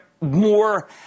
more